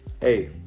hey